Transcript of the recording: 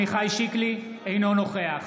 אינו נוכח